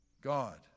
God